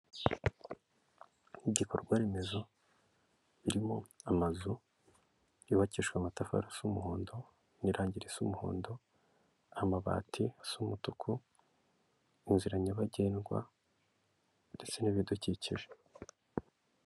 Igikorwa remezo, birimo amazu yubakijwe amatafara asa umuhondo n'irangi risa umuhondo, amabati asa umutuku, inzira nyabagendwa ndetse n'ibidukikije.